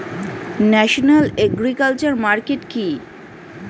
National agriculture market কি?